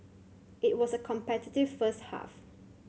it was a competitive first half